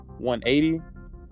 180